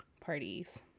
parties